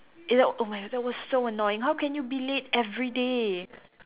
you know oh my god that was so annoying how can you be late everyday